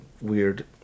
weird